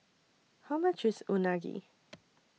How much IS Unagi